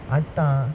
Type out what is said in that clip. அத்தான்:atthaan